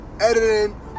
editing